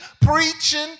preaching